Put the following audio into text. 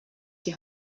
die